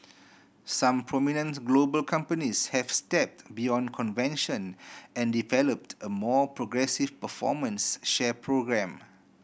some prominents global companies have stepped beyond convention and developed a more progressive performance share programme